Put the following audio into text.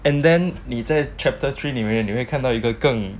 and then 你在 chapter three 里面你会看到一个更